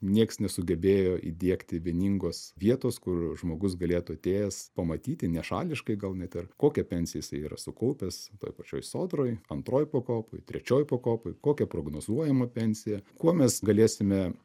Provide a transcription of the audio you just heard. niekas nesugebėjo įdiegti vieningos vietos kur žmogus galėtų atėjęs pamatyti nešališkai gal net ir kokią pensiją jis yra sukaupęs toj pačioj sodroj antroj pakopoj trečioj pakopoj kokia prognozuojama pensija kuo mes galėsime